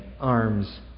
arms